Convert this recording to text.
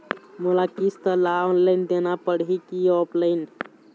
मोला किस्त ला ऑनलाइन देना पड़ही की ऑफलाइन?